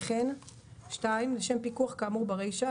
וכן - לשם פיקוח כאמור ברישה,